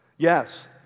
Yes